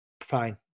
Fine